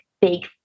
big